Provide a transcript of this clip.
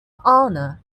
honour